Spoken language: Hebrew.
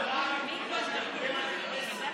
שלא מדבר על פרט אלא מדבר על עסק.